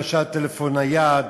למשל טלפון נייד